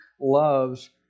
loves